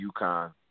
UConn